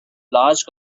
large